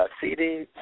CD